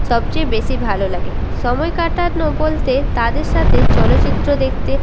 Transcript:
সবচেয়ে বেশি ভালো লাগে সময় কাটানো বলতে তাদের সাথে চলচ্চিত্র দেখতে